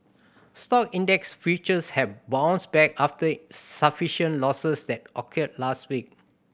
stock index futures have bounced back after sufficient losses that occurred last week